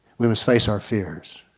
we must face our fears.